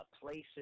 places